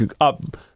up